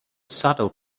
saddle